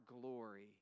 glory